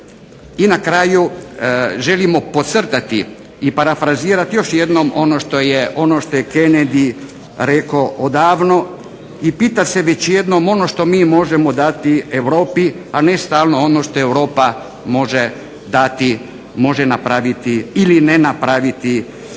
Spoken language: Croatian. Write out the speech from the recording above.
i na kraju želimo podcrtati i parafrazirati još jednom ono što je Kennedy rekao odavno i pita se već jednom ono što mi možemo dati Europi, a ne stalno ono što Europa može dati, može napraviti ili ne napraviti za